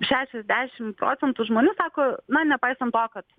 šešiasdešim procentų žmonių sako na nepaisant to kad